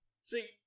See